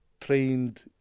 trained